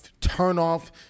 turn-off